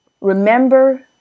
Remember